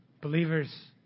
believers